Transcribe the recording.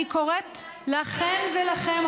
אני קוראת לכן ולכם,